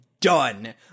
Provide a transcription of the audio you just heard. Done